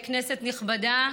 כנסת נכבדה,